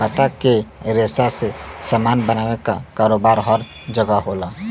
पत्ता के रेशा से सामान बनावे क कारोबार हर जगह होला